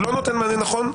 הוא לא נותן מענה נכון.